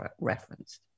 referenced